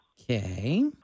Okay